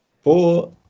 four